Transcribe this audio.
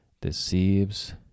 deceives